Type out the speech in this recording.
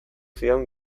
zidan